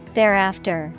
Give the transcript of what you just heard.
Thereafter